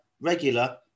regular